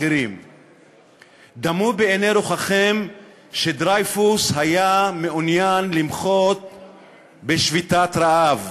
האחרים.דמו בעיני רוחכם שדרייפוס היה מעוניין למחות בשביתת רעב,